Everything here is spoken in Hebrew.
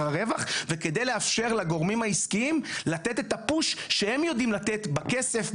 הרווחה וכדי לאפשר לגורמים העסקיים לתת את הפוש שהם יודעים לתת בכסף,